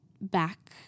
back